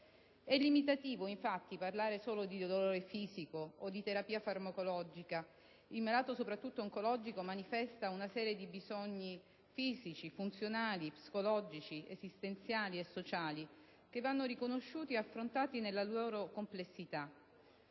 È limitativo infatti parlare solo di dolore fisico o di terapia farmacologica. Il malato, soprattutto oncologico, manifesta una serie di bisogni fisici, funzionali, psicologici, esistenziali e sociali che vanno riconosciuti e affrontati nella loro complessità,